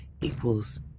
equals